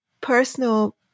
personal